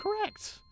correct